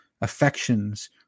affections